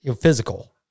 physical